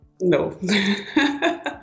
No